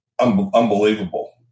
unbelievable